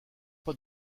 pas